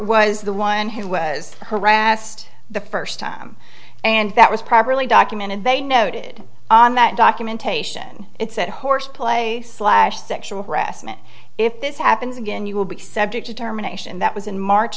was the one who was harassed the first time and that was properly documented they noted on that documentation it's at horseplay slash sexual harassment if this happens again you will be subject to terminations that was in march